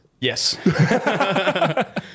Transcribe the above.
Yes